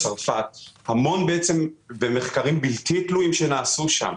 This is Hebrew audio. צרפת ויש מחקרים בלתי תלויים שנעשו שם.